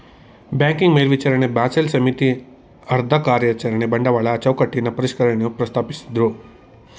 banking ಮೇಲ್ವಿಚಾರಣೆ Basel ಸಮಿತಿ ಅದ್ರಕಾರ್ಯಚರಣೆ ಬಂಡವಾಳ ಚೌಕಟ್ಟಿನ ಪರಿಷ್ಕರಣೆಯನ್ನ ಪ್ರಸ್ತಾಪಿಸಿದ್ದ್ರು